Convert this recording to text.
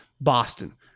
Boston